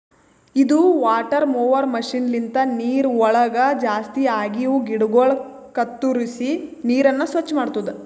ಇದು water mower machine ಲಿಂತ ನೀರವಳಗ್ ಜಾಸ್ತಿ ಆಗಿವ ಗಿಡಗೊಳ ಕತ್ತುರಿಸಿ ನೀರನ್ನ ಸ್ವಚ್ಚ ಮಾಡ್ತುದ